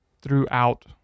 throughout